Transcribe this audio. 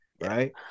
right